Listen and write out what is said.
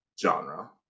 genre